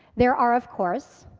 there are, of course,